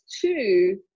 two